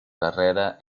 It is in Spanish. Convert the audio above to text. carrera